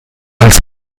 als